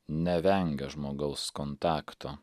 nevengia žmogaus kontakto